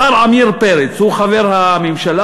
השר עמיר פרץ הוא חבר הממשלה,